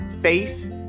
face